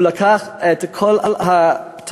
הוא לקח את כל הפתקים.